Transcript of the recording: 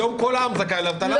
היום כולם זכאים לאבטלה,